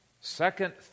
Second